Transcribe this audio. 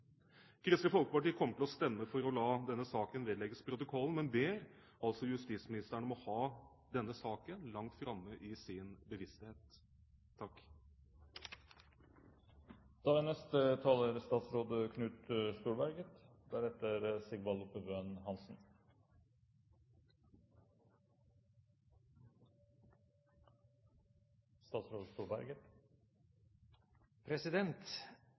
Kristelig Folkeparti kommer til å stemme for å la denne saken vedlegges protokollen, men ber justisministeren om å ha saken langt framme i sin bevissthet.